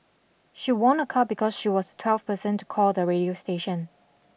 she won a car because she was twelfth person to call the radio station